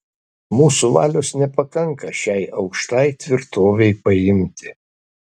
mūsų valios nepakanka šiai aukštai tvirtovei paimti